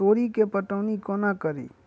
तोरी केँ पटौनी कोना कड़ी?